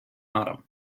autumn